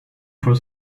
for